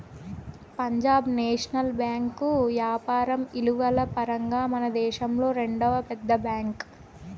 Punjab national bank యాపారం ఇలువల పరంగా మనదేశంలో రెండవ పెద్ద బ్యాంక్